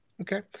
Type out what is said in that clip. okay